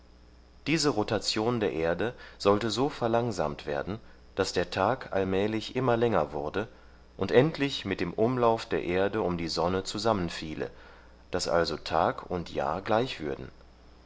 diese rotation der erde sollte so verlangsamt werden daß der tag allmählich immer länger wurde und endlich mit dem umlauf der erde um die sonne zusammenfiele daß also tag und jahr gleich würden